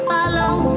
Follow